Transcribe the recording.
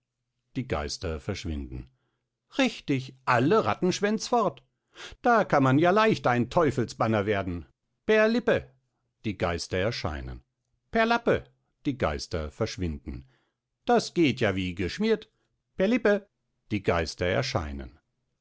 die geister verschwinden richtig alle rattenschwänz fort da kann man ja leicht ein teufelsbanner werden perlippe die geister erscheinen perlappe die geister verschwinden das geht ja wie geschmiert perlippe die geister erscheinen